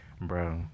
bro